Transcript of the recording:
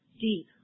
deep